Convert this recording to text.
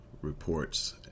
reports